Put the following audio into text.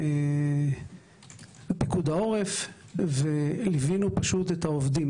פיקוד העורף וליווינו את העובדים.